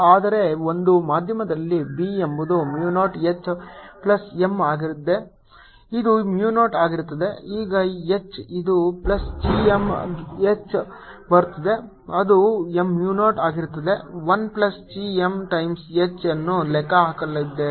ಆದರೆ ಒಂದು ಮಾಧ್ಯಮದಲ್ಲಿ B ಎಂಬುದು mu 0 H ಪ್ಲಸ್ m ಆಗಿರುತ್ತದೆ ಇದು Mu 0 ಆಗಿರುತ್ತದೆ ಈ H ಇದು ಪ್ಲಸ್ chi m H ಬರುತ್ತಿದೆ ಅದು Mu 0 ಆಗಿರುತ್ತದೆ 1 plus Chi m times H ಅನ್ನು ಲೆಕ್ಕಹಾಕಲಾಗುತ್ತದೆ